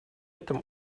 этом